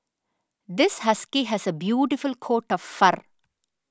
this husky has a beautiful coat of fur